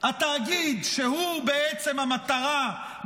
התאגיד שהוא בעצם המטרה,